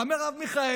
גם מרב מיכאלי,